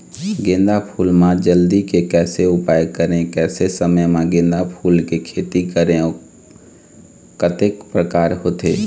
गेंदा फूल मा जल्दी के कैसे उपाय करें कैसे समय मा गेंदा फूल के खेती करें अउ कतेक प्रकार होथे?